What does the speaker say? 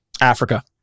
Africa